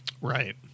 Right